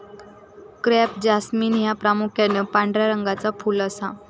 crape jasmine ह्या प्रामुख्यान पांढऱ्या रंगाचा फुल असा